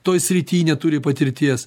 toj srity neturi patirties